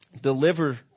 deliver